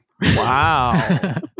Wow